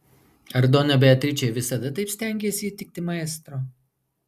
ar dona beatričė visada taip stengėsi įtikti maestro